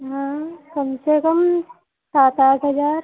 हाँ कम से कम सात आठ हज़ार